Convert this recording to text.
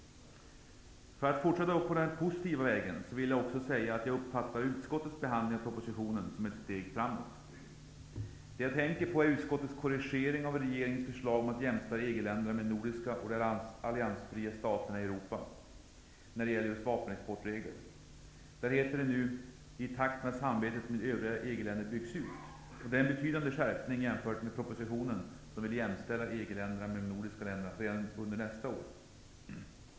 För att fortsätta på den positiva vägen vill jag säga att jag uppfattar utskottets behandling av propositionen som ett steg framåt. Jag tänker på utskottets korrigering av regeringens förslag om att jämställa EG-länderna med de nordiska länderna och de alliansfria staterna i Europa när det gäller vapenexportregler. Där heter det nu: ''I takt med att samarbetet med övriga EG-länder byggs ut --.'' Det är en betydande skärpning jämfört med förslaget i propositionen där man vill jämställa EG-länderna med de nordiska länderna redan under nästa år.